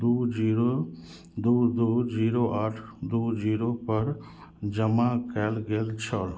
दू जीरो दू दू जीरो आठ दू जीरो पर जमा कयल गेल छल